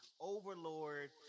Overlord